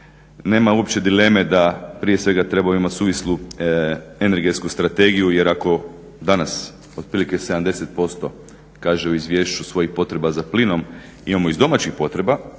Nema uopće dileme da prije svega trebamo imat suvislu energetsku strategiju jer ako danas otprilike 70% kaže u izvješću svojih potreba za plinom imamo iz domaćih potreba